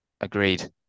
Agreed